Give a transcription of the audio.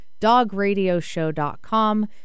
DogRadioShow.com